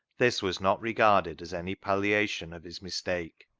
this was not regarded as any palliation of his mistake.